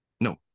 no